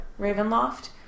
Ravenloft